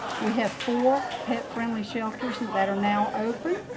we have four pet friendly shelters that are now open.